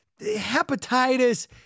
hepatitis